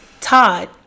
Todd